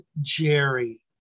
Jerry